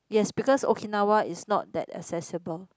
yes because Okinawa is not that accessible